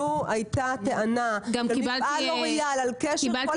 לו הייתה טענה מחברת לוריאל על קשר,